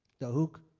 dohuk,